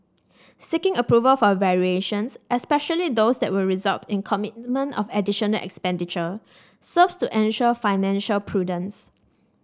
seeking approval for variations especially those that would result in commitment of additional expenditure serves to ensure financial prudence